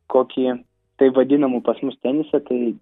kokį taip vadinamų pas mus tenise tai